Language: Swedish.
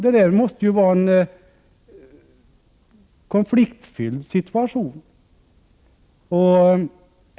Detta måste vara en konfliktfylld situation.